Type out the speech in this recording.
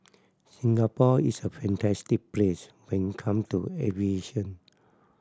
Singapore is a fantastic place when it come to aviation